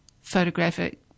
photographic